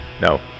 no